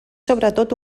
sobretot